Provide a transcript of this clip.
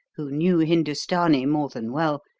who knew hindustani more than well,